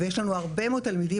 ויש לנו הרבה מאוד תלמידים,